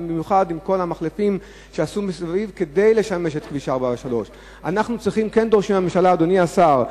במיוחד עם כל המחלפים שעשו מסביב כדי לשמש את כביש 443. אדוני השר,